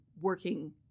working